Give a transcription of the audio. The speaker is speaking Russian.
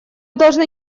должны